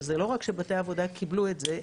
זאת אומרת לא רק שבתי הדין לעבודה קיבלו את זה,